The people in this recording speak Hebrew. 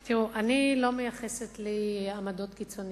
תראו, אני לא מייחסת לי עמדות קיצוניות.